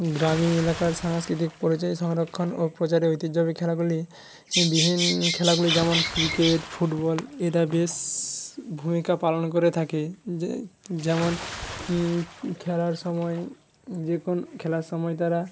গ্রামীণ এলাকার সাংস্কৃতিক পরিচয় সংরক্ষণ ও প্রচারে ঐতিহ্যবাহী খেলাগুলি খেলাগুলি যেমন ক্রিকেট ফুটবল এটা বেশ ভূমিকা পালন করে থাকে যেমন খেলার সময় যে কোনো খেলার সময় তারা